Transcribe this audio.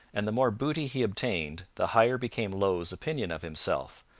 and the more booty he obtained, the higher became low's opinion of himself,